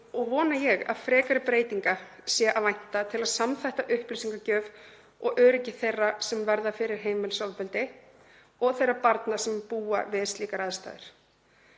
og vona ég að frekari breytinga sé að vænta til að samþætta upplýsingagjöf og öryggi þeirra sem verða fyrir heimilisofbeldi og þeirra barna sem búa við slíkar aðstæður,